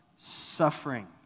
suffering